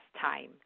time